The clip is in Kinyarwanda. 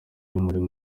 y’umuriro